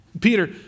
Peter